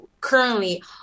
currently